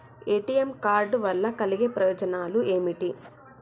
ATM card వల్ల కలిగే ప్రయోజనాలు ఏమిటి?